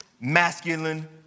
masculine